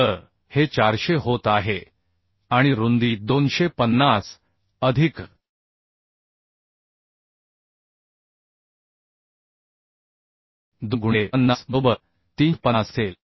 तर हे 400 होत आहे आणि रुंदी 250 अधिक 2 गुणिले 50 बरोबर 350 असेल